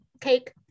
Cake